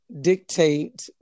dictate